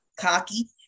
cocky